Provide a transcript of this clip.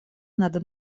надо